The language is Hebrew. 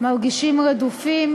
מרגישים רדופים,